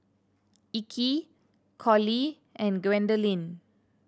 Ike Collie and Gwendolyn